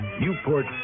Newport